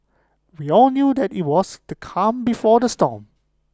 we all knew that IT was the calm before the storm